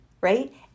right